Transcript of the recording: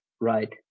right